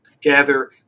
gather